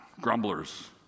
grumblers